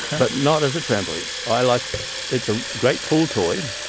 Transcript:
but not as a trampoline. i like it's a great pool toy.